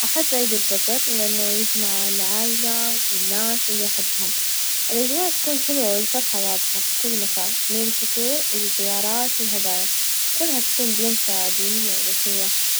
أتمنى لو اتعلم العزف على البيانو أحس إنه يعطيك شعور بهدوء، وإبداع بنفس الوقت، وتقدر تعبر عن مشاعرك من خلالها ، يعجبني كيف إنها -مهارة- مهارة راقية وتقدري تسوي فيها أي شي كثير.